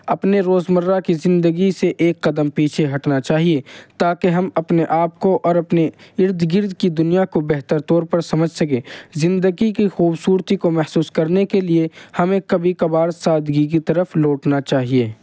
اپنے روزمرہ کی زندگی سے ایک قدم پیچھے ہٹنا چاہیے تاکہ ہم اپنے آپ کو اور اپنے ارد گرد کی دنیا کو بہتر طور پر سمجھ سکیں زندگی کی خوبصورتی کو محسوس کرنے کے لیے ہمیں کبھی کبھار سادگی کی طرف لوٹنا چاہیے